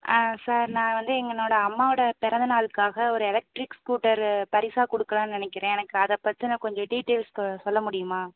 ஆ sir நா வந்து எங்களோட அம்மாவோடய பிறந்தநாளுக்காக ஒரு எலெக்ட்ரிக் ஸ்கூட்டரு பரிசாக கொடுக்கலானு நினைக்கிறேன் எனக்கு அதை பத்தி கொஞ்சம் டீட்டெயில்ஸ் க சொல்ல முடியுமா